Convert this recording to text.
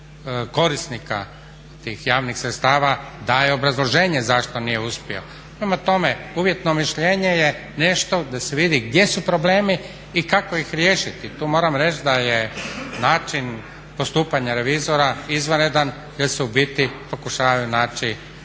korisnika tih javnih sredstava daje obrazloženje zašto nije uspio. Prema tome, uvjetno mišljenje je nešto da se vidi gdje su problemi i kako ih riješiti. Tu moram reći da je način postupanja revizora izvanredan jer se u biti pokušavaju naći